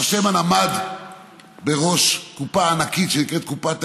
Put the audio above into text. הרב שטינמן עמד בראש קופה ענקית שנקראת קופת העיר,